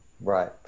Right